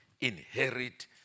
inherit